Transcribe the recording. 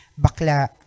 Bakla